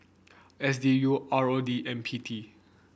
S D U R O D and P T